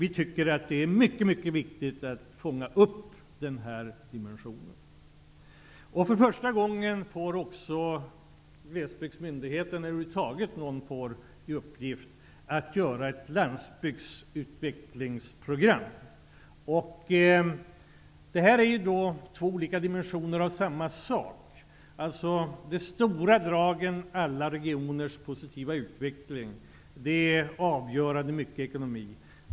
Vi anser att det är mycket viktigt att fånga upp denna dimension. För första gången får också Glesbygdsmyndigheten, eller någon myndighet över huvud taget, i uppgift att utforma ett landsbygdsutvecklingsprogram. Detta är två olika dimensioner av samma sak. I stora drag handlar det om alla regioners positiva utveckling. Ekonomin är där i stor utsträckning avgörande.